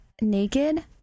naked